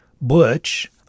Butch